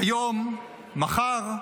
היום, מחר,